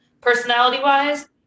personality-wise